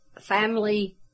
family